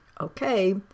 Okay